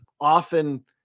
often